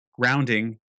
grounding